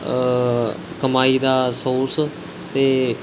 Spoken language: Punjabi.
ਕਮਾਈ ਦਾ ਸੌਰਸ ਅਤੇ